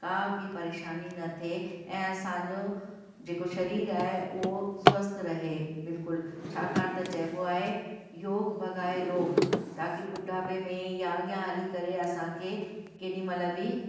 को बि परेशानी न थिए ऐं असांजो जेको शरीर आए उओ स्वस्थ रहे बिल्कुल छाकाण त चइबो आहे योग भगाए रोग़ ताक़ी ॿुढापे में या अॻियां हली करे असांखे केॾीमहिल बि